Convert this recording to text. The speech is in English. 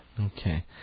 Okay